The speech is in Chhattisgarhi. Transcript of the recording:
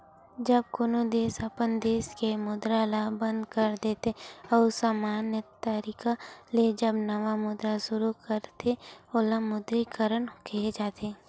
जब कोनो देस अपन देस के मुद्रा ल बंद कर देथे अउ समान्य तरिका ले जब नवा मुद्रा सुरू करथे ओला विमुद्रीकरन केहे जाथे